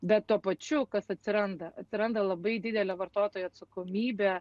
bet tuo pačiu kas atsiranda atsiranda labai didelė vartotojo atsakomybė